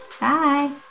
Bye